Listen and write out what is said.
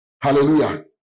Hallelujah